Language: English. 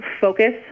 focus